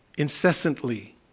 Incessantly